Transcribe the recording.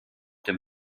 dem